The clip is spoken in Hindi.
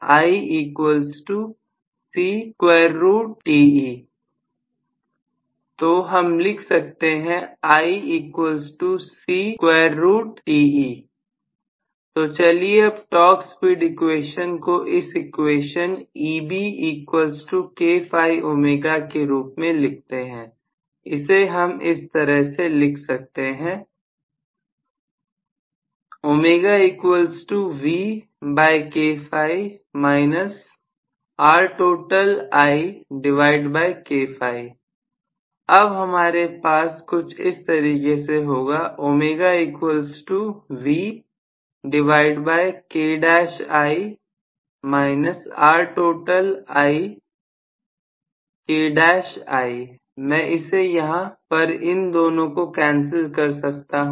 तो हम लिख सकते हैं तो चलिए अब टॉर्क स्पीड इक्वेशन को इस इक्वेशन के रूप में लिखते हैं इसे हम इस तरह से लिख सकते हैं अब हमारे पास कुछ इस तरीके से होगा मैं इसे यहां पर इन दोनों को कैंसिल कर सकता हूं